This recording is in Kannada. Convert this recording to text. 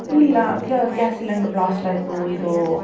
ಇಲ್ಲ ಗ್ಯಾಸ್ ಸಿಲೆಂಡ್ರ್ ಬ್ಲಾಸ್ಟ್ ಆಯಿತು ಇದೂ